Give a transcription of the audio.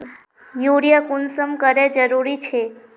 Urea कुंसम करे जरूरी छै?